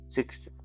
Sixth